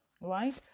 right